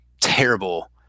terrible